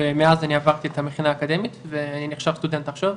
ומאז התחלתי את המכינה הקדמית ונחשב סטודנט עכשיו,